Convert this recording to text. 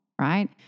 right